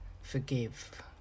forgive